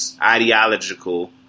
ideological